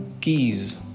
keys